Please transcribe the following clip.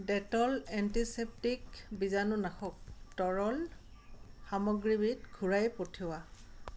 Dettol antiseptic বীজাণুনাশক তৰল সামগ্ৰীবিধ ঘূৰাই পঠিওৱা